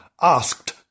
asked